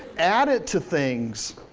add it to things.